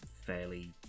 fairly